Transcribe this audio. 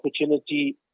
opportunity